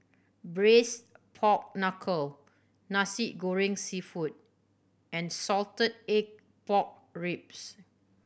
Braised Pork Knuckle Nasi Goreng Seafood and salted egg pork ribs